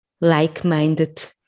like-minded